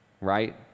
right